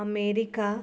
America